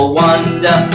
wonder